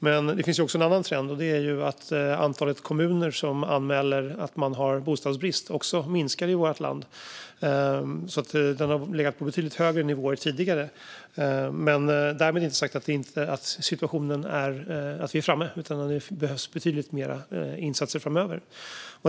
Men det finns också en annan trend, nämligen att antalet kommuner som anmäler att de har bostadsbrist minskar i vårt land. Detta har legat på betydligt högre nivåer tidigare. Därmed inte sagt att vi är framme, utan det behövs betydligt mer insatser framöver.